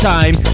Time